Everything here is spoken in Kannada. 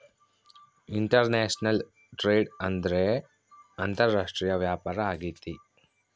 ಇಂಟರ್ನ್ಯಾಷನಲ್ ಟ್ರೇಡ್ ಅಂದ್ರೆ ಅಂತಾರಾಷ್ಟ್ರೀಯ ವ್ಯಾಪಾರ ಆಗೈತೆ